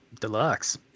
deluxe